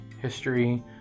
history